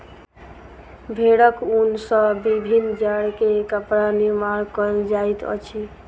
भेड़क ऊन सॅ विभिन्न जाड़ के कपड़ा निर्माण कयल जाइत अछि